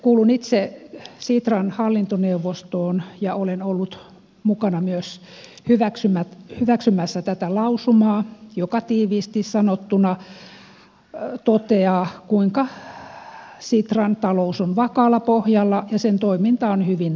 kuulun itse sitran hallintoneuvostoon ja olen ollut mukana myös hyväksymässä tätä lausumaa joka tiiviisti sanottuna toteaa kuinka sitran talous on vakaalla pohjalla ja sen toiminta on hyvin hoidettua